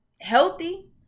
healthy